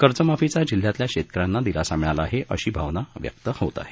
कर्जमाफीच्या जिल्ह्यातल्या शेतकऱ्यांना दिलासा मिळाला आहे अशी भावना व्यक्त होत आहे